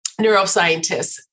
neuroscientists